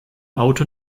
auto